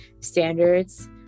standards